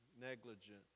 negligent